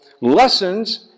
lessons